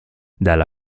dalla